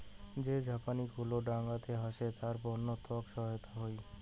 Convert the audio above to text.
যে ঝাপনি গুলো ডাঙাতে হসে তার বন্য তক সহায়তা হই